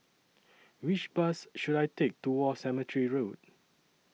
Which Bus should I Take to War Cemetery Road